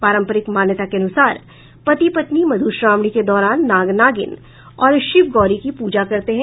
पारम्परिक मान्यता के अनुसार पति पत्नी मध्र श्रावणी के दौरान नाग नागिन और शिव गौरी की पूजा करते हैं